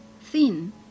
thin